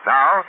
Now